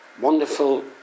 wonderful